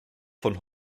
von